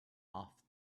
off